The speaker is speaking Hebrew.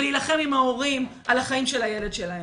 ולהילחם עם ההורים על החיים של הילד שלהם.